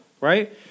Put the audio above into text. Right